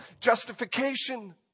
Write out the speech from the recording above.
Justification